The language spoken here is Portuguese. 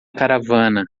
caravana